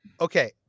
Okay